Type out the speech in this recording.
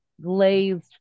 Glazed